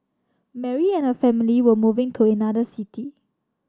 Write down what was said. Mary and her family were moving to another city